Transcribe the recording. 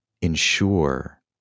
ensure